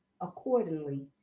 accordingly